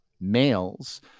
males